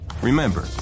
Remember